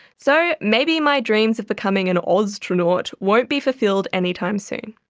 so maybe my dreams of becoming an oz-tronaut won't be fulfilled any time soon.